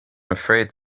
afraid